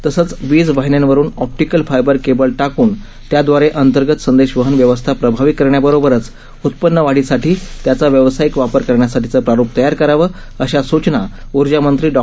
तसंच वीज वाहिन्यांवरुन ऑप्टिकल फायबर केबल टाकून त्यादवारे अंतर्गत संदेशवहन व्यवस्था प्रभावी करण्याबरोबरच उत्पन्नवाढीसाठी त्याचा व्यवसायिक वापर करण्यासाठीचं प्रारूप तयार करावं अशा सूचना ऊर्जामंत्री डॉ